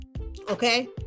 Okay